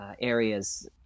areas